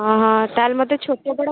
ହଁ ହଁ ତା'ହେଲେ ମୋତେ ଛୋଟ ବଡ଼